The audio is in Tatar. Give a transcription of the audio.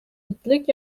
итлек